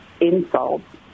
insults